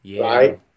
right